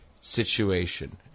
situation